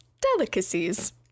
delicacies